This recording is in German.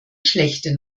schlechte